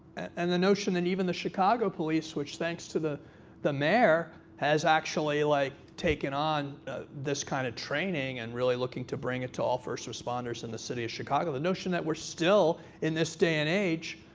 and the notion that even the chicago police, which, thanks to the the mayor, has actually like taken on this kind of training, and really looking to bring it to all first responders in the city of chicago the notion that we're still, in this day and age,